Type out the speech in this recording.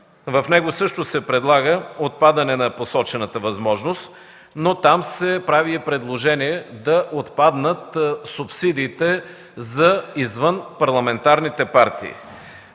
В него също се предлага отпадане на посочената възможност, но там се прави и предложение да отпаднат субсидиите за извънпарламентарните партии.